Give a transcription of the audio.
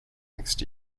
next